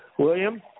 William